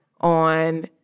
on